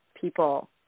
people